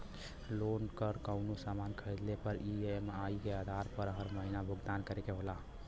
loan पर कउनो सामान खरीदले पर ई.एम.आई क आधार पर हर महीना भुगतान करे के होला